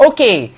Okay